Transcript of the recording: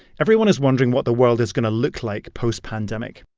everyone is wondering what the world is going to look like post-pandemic,